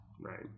Right